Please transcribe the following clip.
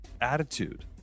attitude